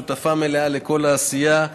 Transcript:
שותפה מלאה לכל העשייה,